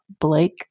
Blake